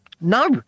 No